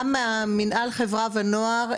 גם מינהל חברה ונוער,